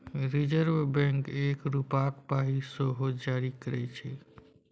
reserve bank एक रुपाक पाइ सेहो जारी करय छै